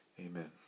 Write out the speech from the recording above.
Amen